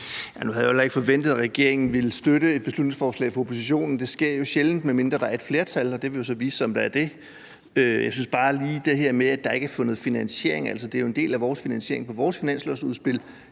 Nu havde jeg heller ikke forventet, at regeringen ville støtte et beslutningsforslag fra oppositionen, for det sker jo sjældent, medmindre der er et flertal, og det vil jo så vise sig, om der er det. Jeg synes bare lige, at jeg ville sige noget om det her med, at der ikke er fundet finansiering. Det er jo finansieret på vores finanslovsudspil,